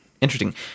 interesting